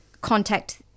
contact